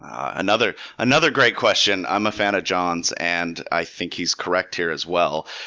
another another great question. i'm a fan of john's, and i think he's correct here as well.